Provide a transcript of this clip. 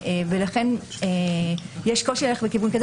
ולכן יש קושי ללכת בכיוון כזה.